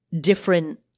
different